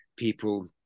people